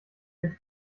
dem